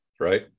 right